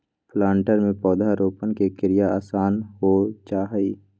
planter से पौधरोपण के क्रिया आसान हो जा हई